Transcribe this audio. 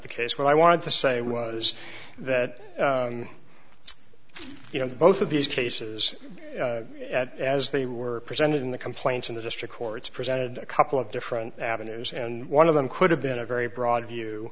the case what i wanted to say was that you know both of these cases as they were presented in the complaints in the district courts presented a couple of different avenues and one of them could have been a very broad view